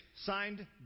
signed